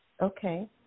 okay